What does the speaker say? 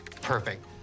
Perfect